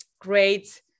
great